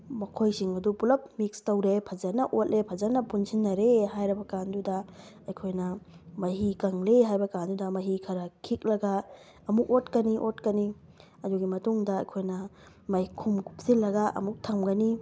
ꯃꯈꯣꯏꯁꯤꯡ ꯑꯗꯨ ꯄꯨꯂꯞ ꯃꯤꯛꯁ ꯇꯧꯔꯦ ꯐꯖꯅ ꯄꯨꯟꯁꯤꯟꯅꯔꯦ ꯍꯥꯏꯔꯕ ꯀꯥꯟꯗꯨꯗ ꯑꯩꯈꯣꯏꯅ ꯃꯍꯤ ꯀꯪꯂꯦ ꯍꯥꯏꯕ ꯀꯥꯟꯗꯨꯗ ꯃꯍꯤ ꯈꯔ ꯈꯤꯛꯂꯒ ꯑꯃꯨꯛ ꯑꯣꯠꯀꯅꯤ ꯑꯣꯠꯀꯅꯤ ꯑꯗꯨꯒꯤ ꯃꯇꯨꯡꯗ ꯑꯩꯈꯣꯏꯅ ꯃꯈꯨꯝ ꯀꯨꯞꯁꯤꯜꯂꯒ ꯑꯃꯨꯛ ꯊꯝꯒꯅꯤ